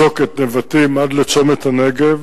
שוקת, נבטים, עד לצומת הנגב,